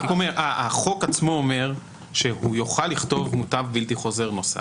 החוק עצמו אומר שהוא יוכל לכתוב מוטב בלתי חוזר נוסף,